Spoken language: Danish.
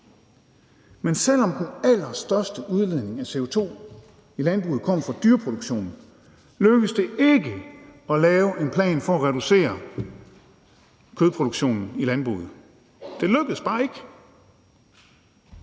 men selv om den allerstørste udledning af CO2 i landbruget kommer fra dyreproduktion, lykkedes det ikke at lave en plan for at reducere kødproduktionen i landbruget. Det lykkedes bare ikke.